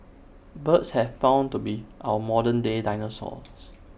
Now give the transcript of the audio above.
birds have been found to be our modern day dinosaurs